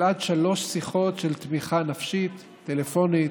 עד שלוש שיחות של תמיכה נפשית טלפונית